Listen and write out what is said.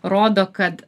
rodo kad